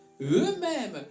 Eux-mêmes